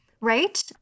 Right